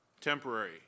temporary